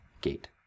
gate